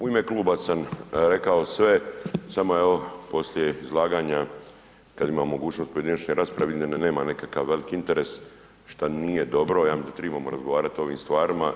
U ime kluba sam rekao sve, samo evo, poslije izlaganja kada imamo mogućnost pojedinačne rasprave, vidim da nema neki veliki interes, što nije dobro jer trebamo razgovarati o ovim stvarima.